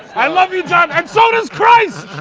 i love you, john. and so does christ.